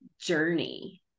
journey